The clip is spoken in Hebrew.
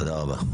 תודה רבה.